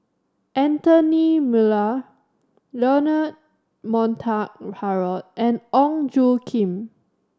Anthony Miller Leonard Montague Harrod and Ong Tjoe Kim